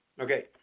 Okay